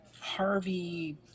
Harvey